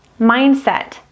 mindset